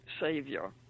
Savior